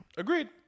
Agreed